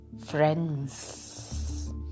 Friends